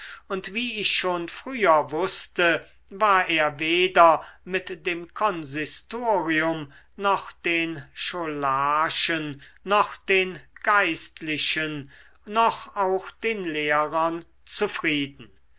und wie ich schon früher wußte war er weder mit dem konsistorium noch den scholarchen noch den geistlichen noch auch den lehrern zufrieden